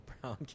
brown